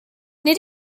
nid